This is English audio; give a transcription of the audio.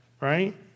right